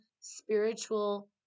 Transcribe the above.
spiritual